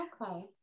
okay